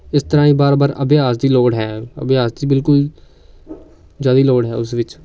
ਇਸ ਤਰ੍ਹਾਂ ਹੀ ਬਾਰ ਬਾਰ ਅਭਿਆਸ ਦੀ ਲੋੜ ਹੈ ਅਭਿਆਸ ਦੀ ਬਿਲਕੁਲ ਜ਼ਿਆਦਾ ਹੀ ਲੋੜ ਹੈ ਉਸ ਵਿੱਚ